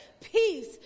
peace